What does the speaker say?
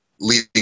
leading